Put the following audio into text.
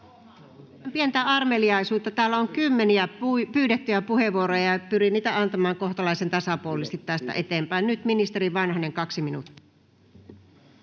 Pientä armeliaisuutta. Täällä on kymmeniä pyydettyjä puheenvuoroja, ja pyrin niitä antamaan kohtalaisen tasapuolisesti tästä eteenpäin. — Nyt ministeri Vanhanen, 2 minuuttia.